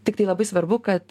tiktai labai svarbu kad